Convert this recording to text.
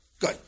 Good